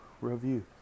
review